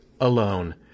alone